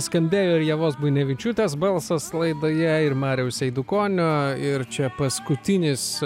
skambėjo ir ievos buinevičiūtės balsas laidoje ir mariaus eidukonio ir čia paskutinis